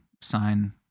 sign